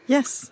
Yes